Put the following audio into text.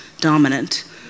dominant